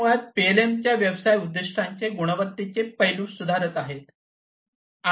हे मुळात पीएलएम च्या व्यवसाय उद्दीष्टांच्या गुणवत्तेचे पैलू सुधारत आहेत